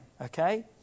Okay